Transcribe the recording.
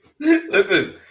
Listen